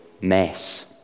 mess